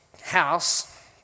house